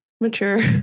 mature